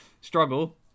struggle